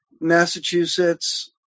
Massachusetts